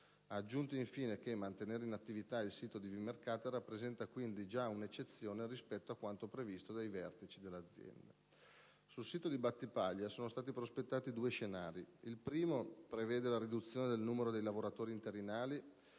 Ha aggiunto infine che mantenere l'attività ed il sito di Vimercate rappresenta quindi già un'eccezione rispetto a quanto previsto dai vertici dell'azienda. Sul sito di Battipaglia sono stati prospettati due scenari. Il primo prevede la riduzione del numero dei lavoratori interinali